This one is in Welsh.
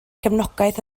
gefnogaeth